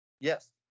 Yes